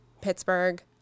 Pittsburgh